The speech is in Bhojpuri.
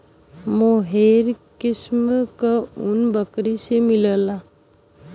मोहेर किस्म क ऊन बकरी से मिलला